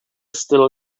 still